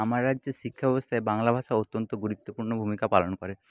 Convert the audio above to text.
আমার রাজ্যে শিক্ষা ব্যবস্থাই বাংলা ভাষা অত্যন্ত গুরুত্বপূর্ণ ভূমিকা পালন করে